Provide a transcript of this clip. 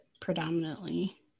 predominantly